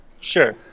Sure